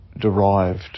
derived